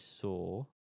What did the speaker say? saw